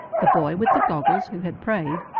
the boy with the goggles who had prayed,